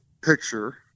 picture